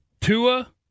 Tua